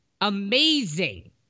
amazing